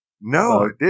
No